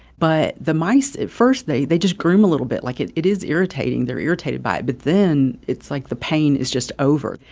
but the mice at first, they they just groom a little bit. like, it it is irritating. they're irritated by it, but then it's like the pain is just over.